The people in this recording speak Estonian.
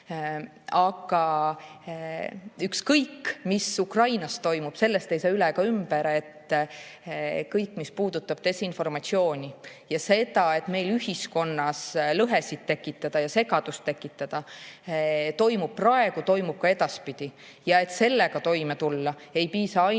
Aga ükskõik, mis Ukrainas ka ei toimu, sellest ei saa üle ega ümber, et kõik, mis puudutab desinformatsiooni ja seda, et meil ühiskonnas lõhesid tekitada, segadust tekitada – see toimub praegu ja toimub ka edaspidi. Ja et sellega toime tulla, ei piisa ainult